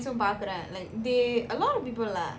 class mate பாக்குறேன்:paakuren like they a lot of people lah